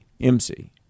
M-C